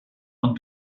und